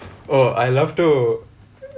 oh I love to